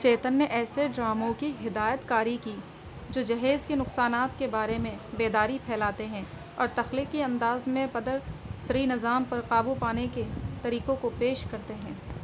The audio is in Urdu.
چیتن نے ایسے ڈراموں کی ہدایت کاری کی جو جہیز کے نقصانات کے بارے میں بیداری پھیلاتے ہیں اور تخلیقی انداز میں پدر سری نظام پر قابو پانے کے طریقوں کو پیش کرتے ہیں